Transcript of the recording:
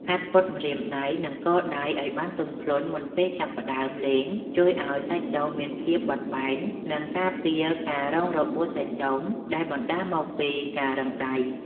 ហាត់ពត់ម្រាមដៃ និងកដៃឱ្យបានទន់ភ្លន់មុនពេលចាប់ផ្តើមលេងជួយឱ្យសាច់ដុំមានភាពបត់បែន និងការពារការរងរបួសសាច់ដុំដែលបណ្ដាលមកពីការរឹងដៃ។